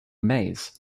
maize